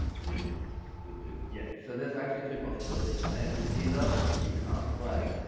noob would do. yeah. so, there's actually two possibilities. maybe it's either she can't play,